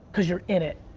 cuz you're in it.